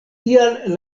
tial